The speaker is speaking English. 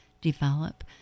develop